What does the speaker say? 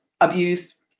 abuse